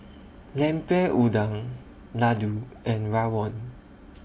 Lemper Udang Laddu and Rawon